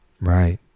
Right